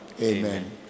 Amen